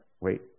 Wait